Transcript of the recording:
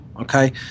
Okay